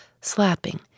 slapping